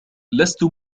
لست